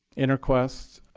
interquest